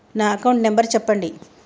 నా account number చెప్పండి?